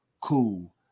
cool